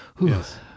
Yes